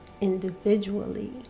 individually